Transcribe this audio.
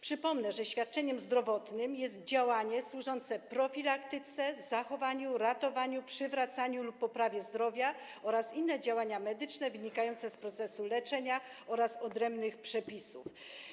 Przypomnę, że świadczeniem zdrowotnym jest działanie służące profilaktyce, zachowaniu, ratowaniu, przywracaniu lub poprawie zdrowia oraz inne działania medyczne wynikające z procesu leczenia oraz odrębnych przepisów.